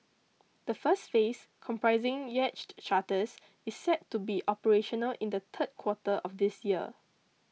the first phase comprising yacht charters is set to be operational in the third quarter of this year